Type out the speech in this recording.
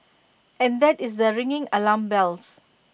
and that is the ringing alarm bells